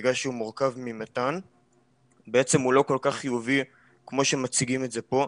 בגלל שהוא מורכב ממתאן ובעצם הוא לא כל כך חיובי כמו שמציגים את זה פה.